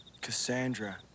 Cassandra